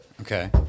Okay